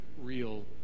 real